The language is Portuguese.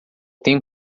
tenho